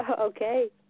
Okay